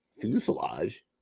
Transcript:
fuselage